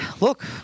look